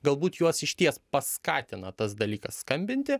galbūt juos išties paskatina tas dalykas skambinti